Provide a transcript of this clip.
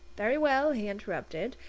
very well! he interrupted.